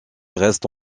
reste